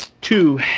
Two